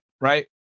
right